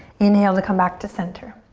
inhale to come back to center.